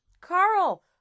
Carl